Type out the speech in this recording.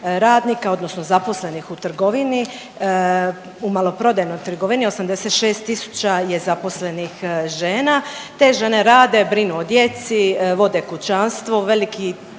radnika odnosno zaposlenih u trgovini u maloprodajnoj trgovini 86000 je zaposlenih žena. Te žene rade, brinu o djeci, vode kućanstvo, veliki